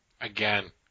Again